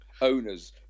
Owners